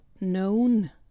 known